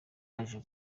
yaje